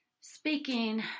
Speaking